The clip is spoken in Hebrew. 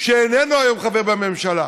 שאיננו היום חבר בממשלה,